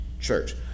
church